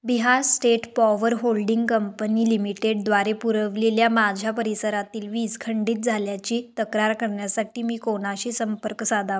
Bihar State Power Holding Company लिमिटेडद्वारे पुरवलेल्या माझ्या परिसरातील वीज खंडित झाल्याची तक्रार करण्यासाठी मी कोणाशी संपर्क साधा